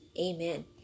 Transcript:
Amen